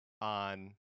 on